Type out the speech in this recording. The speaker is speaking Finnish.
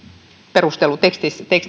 perustelutekstissä